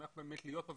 אני שמח להיות כאן.